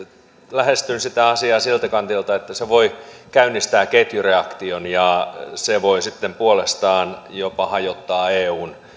lähestyn sitä asiaa siltä kantilta että se voi käynnistää ketjureaktion ja se voi sitten puolestaan jopa hajottaa eun